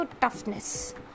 toughness